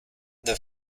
the